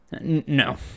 No